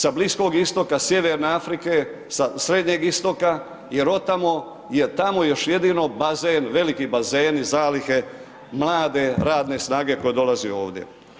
Sa Bliskog Istoka, sjeverne Afrike, sa Srednjeg Istoka jer od tamo je tamo još jedino tamo bazen, veliki bazeni zalihe mlade radne snage koje dolaze ovdje.